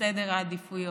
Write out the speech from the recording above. בסדר העדיפויות.